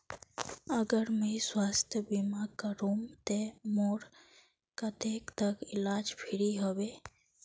अगर मुई स्वास्थ्य बीमा करूम ते मोर कतेक तक इलाज फ्री होबे?